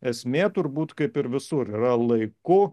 esmė turbūt kaip ir visur yra laiku